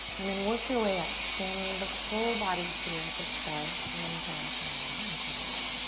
and then work your way up, scanning the full body here to start in tadasana, mountain pose.